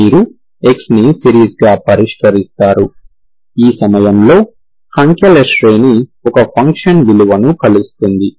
మీరు xని సిరీస్గా పరిష్కరిస్తారు ఈ సమయంలో సంఖ్యల శ్రేణి ఒక ఫంక్షన్ విలువను కలుస్తుంది